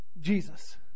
Jesus